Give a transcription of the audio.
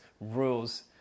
rules